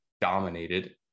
dominated